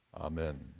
Amen